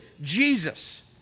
Jesus